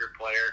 player